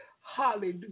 Hallelujah